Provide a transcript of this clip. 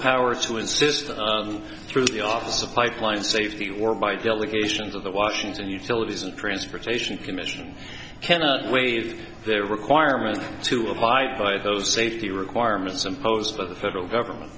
power to assist through the office of pipeline safety or by delegations of the washington utilities and transportation commission cannot wave their requirement to abide by those safety requirements imposed by the federal government